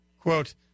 quote